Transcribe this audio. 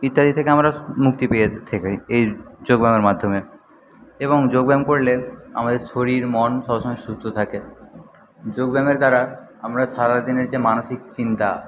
ইত্যাদি থেকে আমরা মুক্তি পেয়ে থাকি এই যোগ ব্যায়ামের মাধ্যমে এবং যোগ ব্যায়াম করলে আমাদের শরীর মন সবসময় সুস্থ থাকে যোগ ব্যায়ামের দ্বারা আমরা সারাদিনের যে মানসিক চিন্তা